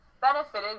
benefited